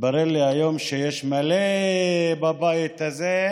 התברר לי היום שיש בבית הזה מלא